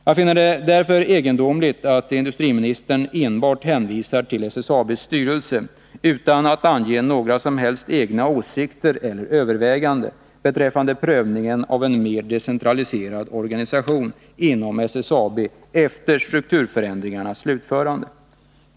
Jag finner det därför egendomligt att industriministern enbart hänvisar till SSAB:s styrelse — utan att ange några som helst egna åsikter eller överväganden — beträffande prövningen av en mer decentralia serad organisation inom SSAB efter strukturförändringarnas slutförande.